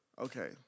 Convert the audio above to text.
Okay